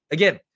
Again